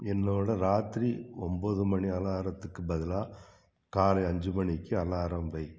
என்னோடய ராத்திரி ஒன்பது மணி அலாரத்துக்கு பதிலாக காலை அஞ்சு மணிக்கு அலாரம் வை